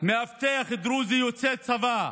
מאבטח דרוזי יוצא צבא,